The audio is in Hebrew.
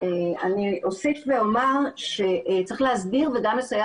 אני אוסיף ואומר שצריך להסדיר וגם לסייע